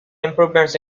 improvements